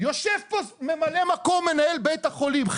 יושב פה ממלא מקום מנהל בית החולים,